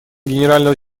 генерального